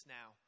now